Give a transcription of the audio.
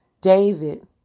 David